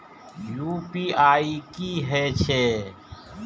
UPI की हेछे?